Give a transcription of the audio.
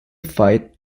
fight